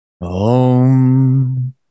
om